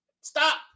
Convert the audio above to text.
Stop